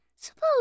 Suppose